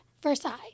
Versailles